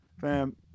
Fam